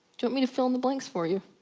want me to fill in the blanks for you?